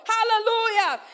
Hallelujah